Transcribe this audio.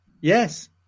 Yes